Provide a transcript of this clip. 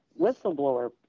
whistleblower